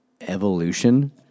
evolution